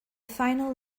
final